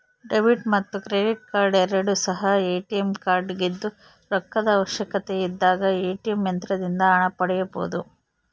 debit ಮತ್ತು credit card ಎರಡು ಸಹ ಎ.ಟಿ.ಎಂ ಕಾರ್ಡಾಗಿದ್ದು ರೊಕ್ಕದ ಅವಶ್ಯಕತೆಯಿದ್ದಾಗ ಎ.ಟಿ.ಎಂ ಯಂತ್ರದಿಂದ ಹಣ ಪಡೆಯಬೊದು